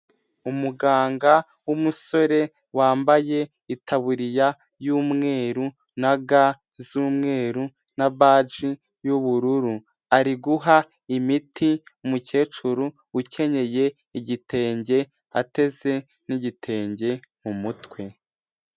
Umuganga w'umusore wambaye itaburiya y'umweru, na ga z'umweru, na baji y'ubururu, ari guha imiti umukecuru ukenyeye igitenge, ateze n'igitenge mu mutwe.